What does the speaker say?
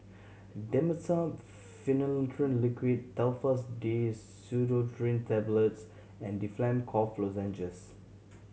Dimetapp Phenylephrine Liquid Telfast D Pseudoephrine Tablets and Difflam Cough Lozenges